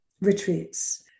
retreats